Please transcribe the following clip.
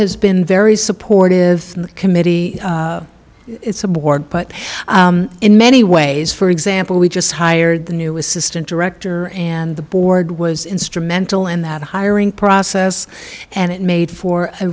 has been very supportive committee it's a board but in many ways for example we just hired the new assistant director and the board was instrumental in that hiring process and it made for a